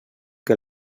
que